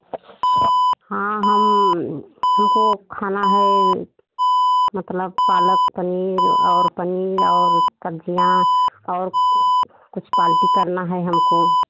हाँ हम हमको खाना है मतलब पालक पनीर और पनीर और सब्जियाँ और कुछ पालटी करना है हमको